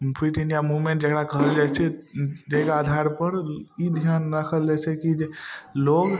fit India movement जकरा कहल जाए छै जाहिके आधारपर ई धिआन राखल जाइ छै कि जे लोक